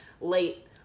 late